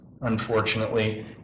unfortunately